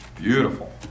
beautiful